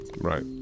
Right